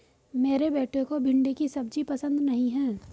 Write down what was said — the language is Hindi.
मेरे बेटे को भिंडी की सब्जी पसंद नहीं है